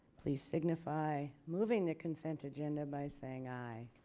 please signify moving the consent agenda by saying aye.